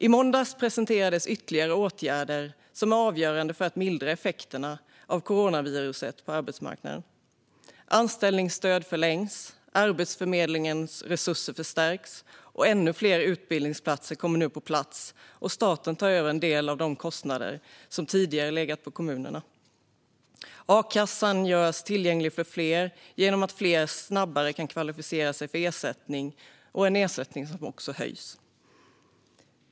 I måndags presenterades ytterligare åtgärder som är avgörande för att mildra effekterna av coronaviruset på arbetsmarknaden. Anställningsstöd förlängs, Arbetsförmedlingens resurser förstärks och ännu fler utbildningsplatser kommer nu på plats. Staten tar över en del av de kostnader som tidigare legat på kommunerna. A-kassan görs tillgänglig för fler genom att fler snabbare kan kvalificera sig för ersättning, och ersättningen höjs.